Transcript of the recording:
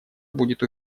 будет